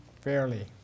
fairly